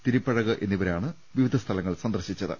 തിരുപ്പഴക് എന്നിവരാണ് വിവിധ സ്ഥലങ്ങൾ സന്ദർശിച്ചത്